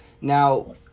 Now